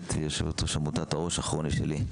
מייסדת ויושבת ראש עמותת "הראש הכרוני שלי".